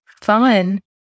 fun